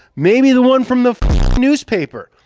maybe the one from the newspaper.